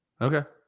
Okay